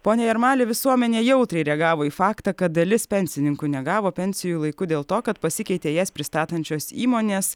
pone jarmali visuomenė jautriai reagavo į faktą kad dalis pensininkų negavo pensijų laiku dėl to kad pasikeitė jas pristatančios įmonės